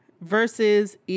versus